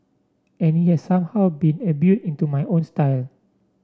and it has somehow been imbued into my own style